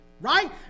right